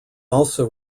also